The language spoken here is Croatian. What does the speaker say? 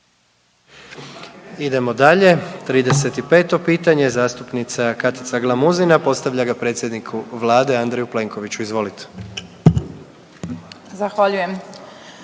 Idemo dalje. 35. pitanje, zastupnica Katica Glamuzina, postavlja ga predsjedniku Vlade Andreju Plenkoviću, izvolite. **Glamuzina,